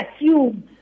assume